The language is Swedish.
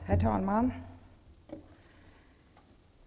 Herr talman!